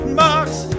marks